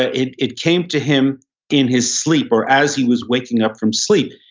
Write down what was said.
ah it it came to him in his sleep or as he was waking up from sleep.